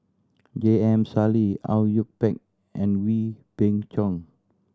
J M Sali Au Yue Pak and Wee Beng Chong